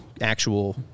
actual